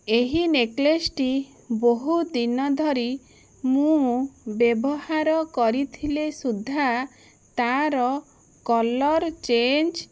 ଏହି ନେକ୍ଲେସ୍ଟି ବହୁତ୍ ଦିନ ଧରି ମୁଁ ବ୍ୟବହାର କରିଥିଲେ ସୁଦ୍ଧା ତା'ର କଲର୍ ଚେଞ୍ଜ୍